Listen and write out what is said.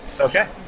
Okay